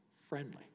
friendly